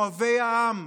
אוהבי העם,